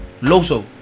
Loso